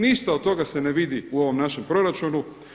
Ništa od toga se ne vidi u ovom našem proračunu.